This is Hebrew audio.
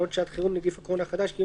תקנות שעת חירום (נגיף הקורונה החדש) (קיום